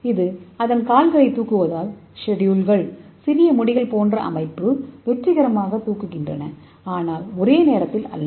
இது அதன் கால்களைத் தூக்குகிறது இதனால் செட்டூல்கள் வெற்றிகரமாக தூக்குகின்றன ஆனால் ஒரே நேரத்தில் அல்ல